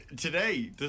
Today